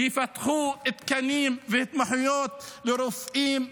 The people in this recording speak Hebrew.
שיפתחו תקנים והתמחויות לרופאים בפריפריה,